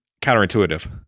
counterintuitive